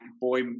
boy